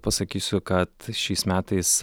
pasakysiu kad šiais metais